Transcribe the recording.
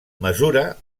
mesura